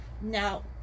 now